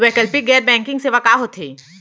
वैकल्पिक गैर बैंकिंग सेवा का होथे?